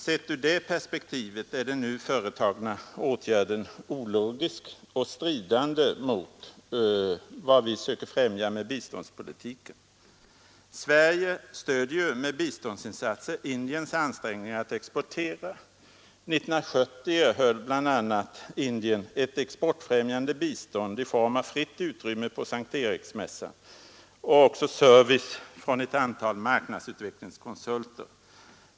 Sett ur det perspektivet är den nu företagna åtgärden ologisk och stridande mot vad vi söker främja med biståndspolitiken. Sverige stöder med biståndsinsatser Indiens ansträngningar att exportera. År 1970 erhöll bl.a. Indien ett exportfrämjande bistånd i form av fritt utrymme på S:t Eriksmässan och även service från ett antal marknadsutvecklingskonsulter.